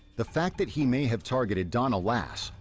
the fact that he may have targeted donna lass,